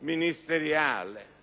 ministeriale;